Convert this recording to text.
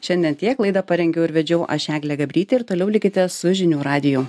šiandien tiek laida parengiau ir vedžiau aš eglė gabrytė ir toliau likite su žinių radiju